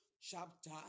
chapter